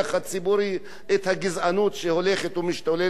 הגזענות שהולכת ומשתוללת במדינה הזאת,